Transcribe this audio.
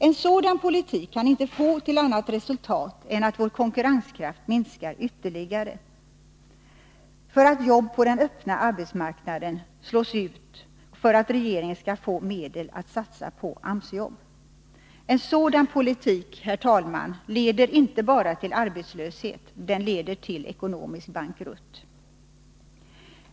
En sådan politik kan inte få annat resultat än att vår konkurrenskraft minskar ytterligare, därför att jobb på den öppna arbetsmarknaden slås ut, för att regeringen skall få medel att satsa på AMS-jobb. En sådan politik, herr talman, leder inte bara till arbetslöshet, den leder till ekonomisk bankrutt.